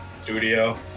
studio